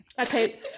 okay